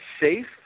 safe